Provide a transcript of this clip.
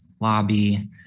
lobby